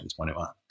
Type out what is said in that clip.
2021